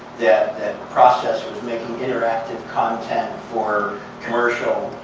that process was making interactive content for commercial